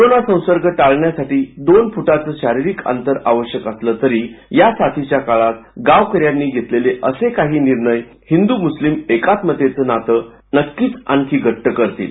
corona संसर्ग टाळण्यासाठी दोन फुटांच शारीरिक अंतर आवश्यक असलं तरी या साथीच्या काळात गावक यांनी घेतलेले असे काही निर्णय हिंदू मुस्लिम एकात्मतेचं नातं नक्कीच आणखी घट्ट करतील